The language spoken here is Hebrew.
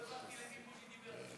לא הבנתי למי בוז'י דיבר.